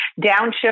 downshift